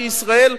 בישראל?